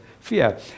fear